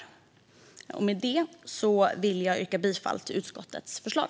Med detta vill jag yrka bifall till utskottets förslag.